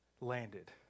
landed